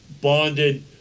bonded